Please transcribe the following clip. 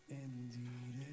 indeed